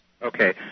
Okay